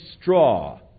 straw